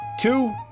two